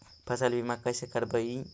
फसल बीमा कैसे करबइ?